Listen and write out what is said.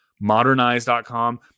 modernize.com